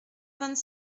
vingt